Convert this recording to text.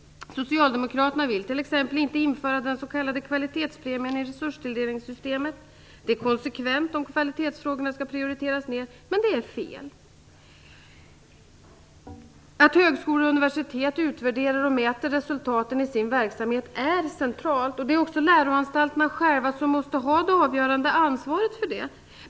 Socialdemokraterna vill t.ex. inte införa den s.k. kvalitetspremien i resurstilldelningssystemet. Det är konsekvent om kvalitetsfrågorna skall prioriteras ned, men det är fel. Att högskolor och universitet utvärderar och mäter resultaten i sin verksamhet är centralt. Det är också läroanstalterna själva som måste ha det avgörande ansvaret för det.